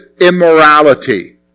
immorality